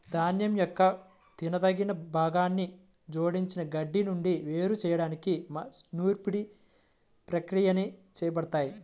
ధాన్యం యొక్క తినదగిన భాగాన్ని జోడించిన గడ్డి నుండి వేరు చేయడానికి నూర్పిడి ప్రక్రియని చేపడతారు